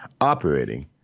operating